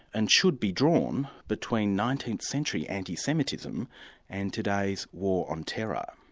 and should be drawn, between nineteenth century anti-semitism and today's war on terror?